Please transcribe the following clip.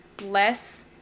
less